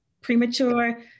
premature